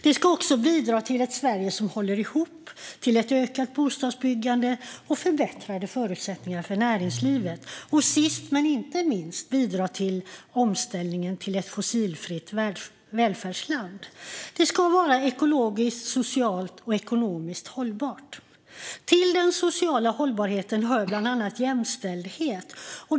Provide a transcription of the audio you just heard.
Vi ska också bidra till ett Sverige som håller ihop, ett ökat bostadsbyggande och förbättrade förutsättningar för näringslivet. Sist men inte minst ska vi bidra till omställningen till ett fossilfritt välfärdsland. Det ska vara ekologiskt, socialt och ekonomiskt hållbart. Till den sociala hållbarheten hör bland annat jämställdhet.